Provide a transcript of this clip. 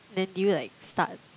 then did you like start